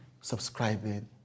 subscribing